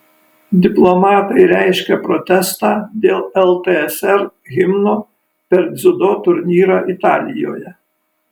diplomatai reiškia protestą dėl ltsr himno per dziudo turnyrą italijoje